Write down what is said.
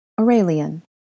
Aurelian